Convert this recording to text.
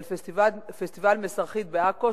אבל פסטיבל "מסרחיד" בעכו,